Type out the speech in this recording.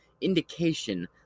indication